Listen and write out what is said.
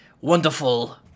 wonderful